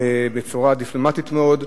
בצורה דיפלומטית מאוד.